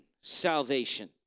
salvation